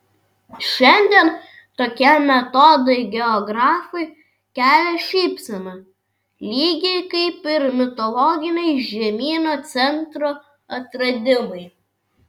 šiandien tokie metodai geografui kelia šypseną lygiai kaip ir mitologiniai žemyno centro atradimai